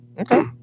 Okay